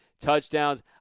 touchdowns